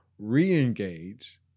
re-engage